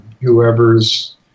whoever's